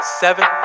seven